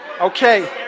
Okay